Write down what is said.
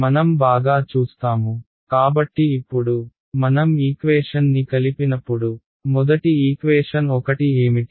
మనం బాగా చూస్తాము కాబట్టి ఇప్పుడు మనం ఈక్వేషన్ ని కలిపినప్పుడు మొదటి ఈక్వేషన్ ఏమిటి